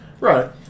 Right